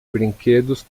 brinquedos